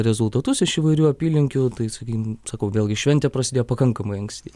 rezultatus iš įvairių apylinkių tai sakykim sakau vėlgi šventė prasidėjo pakankamai anksti